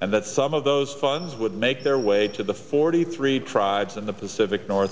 and that some of those funds would make their way to the forty three tribes in the pacific nor